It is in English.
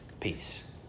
peace